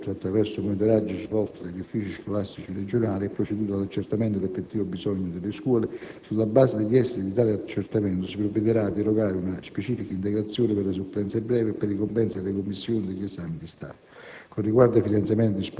Il Ministero, inoltre, attraverso monitoraggi svolti dagli uffici scolastici regionali, ha proceduto all'accertamento dell'effettivo fabbisogno delle scuole; sulla base degli esiti di tale accertamento, si provvederà ad erogare una specifica integrazione per le supplenze brevi e per i compensi alle commissioni degli esami di Stato.